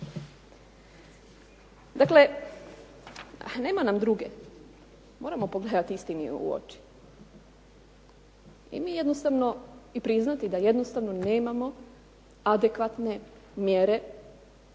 Dakle, nema nam druge moramo pogledati istini u oči i priznati da jednostavno nemamo adekvatne mjere,